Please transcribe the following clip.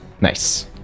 Nice